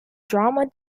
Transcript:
drama